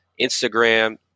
Instagram